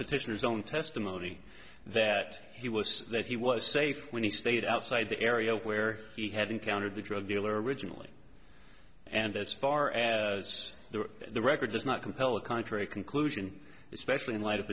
petitioners own testimony that he was that he was safe when he stayed outside the area where he had encountered the drug dealer originally and as far as the record does not compel a contrary conclusion especially in light of